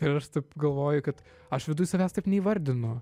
ir aš taip galvoju kad aš viduj savęs taip neįvardinu